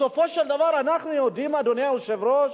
בסופו של דבר אנחנו יודעים, אדוני היושב-ראש,